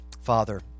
father